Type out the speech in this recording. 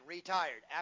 Retired